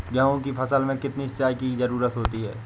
गेहूँ की फसल में कितनी सिंचाई की जरूरत होती है?